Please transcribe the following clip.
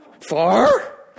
far